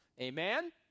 Amen